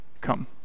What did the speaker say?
come